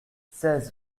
seize